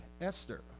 Esther